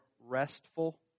restful